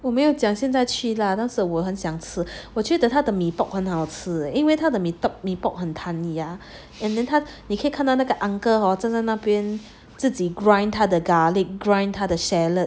我没有讲现在去啦 but 我很想吃我觉得他的 mee pok 很好吃因为它的 mee pok 很弹牙 and then 它你可以看到那个 uncle hor 站在那边自己 grind 他的 garlic grind 他的 scallion